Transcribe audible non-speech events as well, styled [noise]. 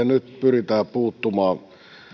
[unintelligible] nyt pyritään puuttumaan